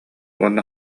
уонна